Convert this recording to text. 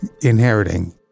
inheriting